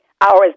hours